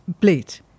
plate